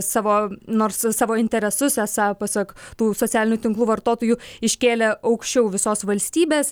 savo nors savo interesus esą pasak tų socialinių tinklų vartotojų iškėlė aukščiau visos valstybės